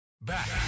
Back